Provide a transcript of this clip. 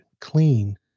clean